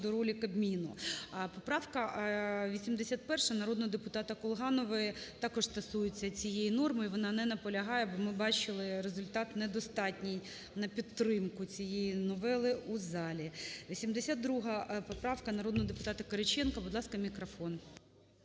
щодо ролі Кабміну. Поправка 81 народного депутата Колганової також стосується цієї норми. Вона не наполягає, бо ми бачили результат недостатній на підтримку цієї новели в залі. 82 поправка народного депутата Кириченка. Будь ласка, мікрофон.